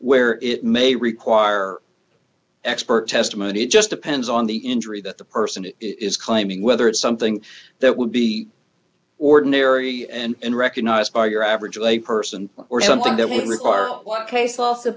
where it may require expert testimony it just depends on the injury that the person is claiming whether it's something that would be ordinary and recognized by your average lay person or something that would require one case